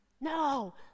No